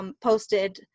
posted